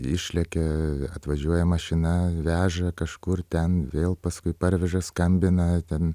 išlekia atvažiuoja mašina veža kažkur ten vėl paskui parveža skambina ten